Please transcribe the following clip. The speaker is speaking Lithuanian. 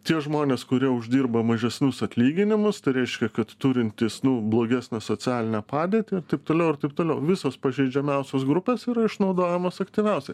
tie žmonės kurie uždirba mažesnius atlyginimus tai reiškia kad turintys nu blogesnę socialinę padėtį ir taip toliau ir taip toliau visos pažeidžiamiausios grupės yra išnaudojamos aktyviausiai